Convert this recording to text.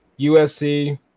USC